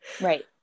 Right